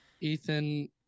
Ethan